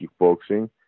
kickboxing